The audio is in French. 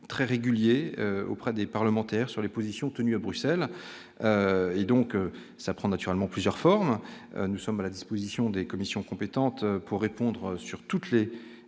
très régulier auprès des parlementaires sur les positions tenues à Bruxelles et donc ça prend naturellement plusieurs formes : nous sommes à la disposition des commissions compétentes pour répondre sur toutes les